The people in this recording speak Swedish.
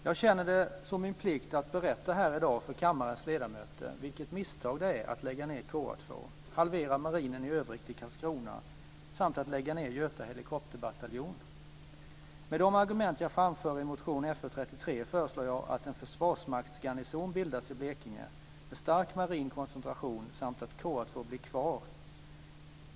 Jag känner det som min plikt att berätta här i dag för kammarens ledamöter vilket misstag det är att lägga ned KA 2, halvera marinen i övrigt i Karlskrona samt att lägga ned Med de argument jag framför i motion Fö33 föreslår jag att en försvarsmaktsgarnison bildas i Blekinge med stark marin koncentration samt att KA 2 blir kvar.